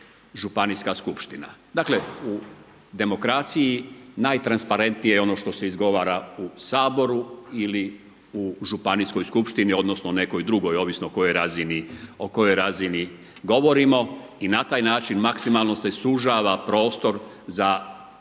župnijska skupština. Dakle u demokraciji najtransparentnije je ono što se izgovara u Saboru ili u županijskoj skupštini odnosno u nekoj drugoj ovisno o kojoj razini govorimo i na taj način maksimalno se sužava prostor za eventualne